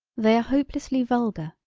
they are hopelessly vulgar,